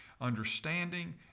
understanding